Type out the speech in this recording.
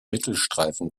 mittelstreifen